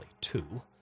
two